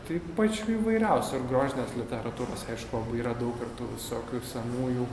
tai pačių įvairiausių ir grožinės literatūros aišku labai yra daug ir tų visokių ir senųjų